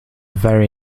very